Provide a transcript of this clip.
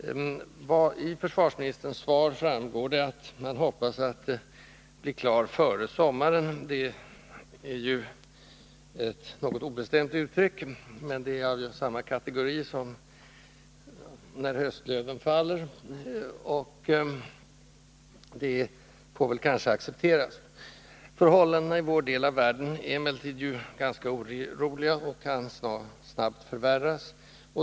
Av försvarsministerns svar framgår att han hoppas att en fullständig beredskapsplanering blir klar ”före sommaren”. Det är ett något obestämt uttryck, av samma kategori som ”innan höstlöven faller”. Men det får kanske accepteras. Det är emellertid oroligt i vår del av världen, och förhållandena kan snabbt förvärras.